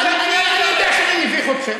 אנחנו, תתגייסו לצבא של המדינה שלכם.